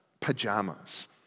pajamas